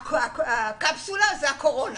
הקפסולה זה הקורונה.